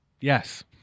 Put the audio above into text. yes